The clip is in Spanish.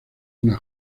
una